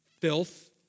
Filth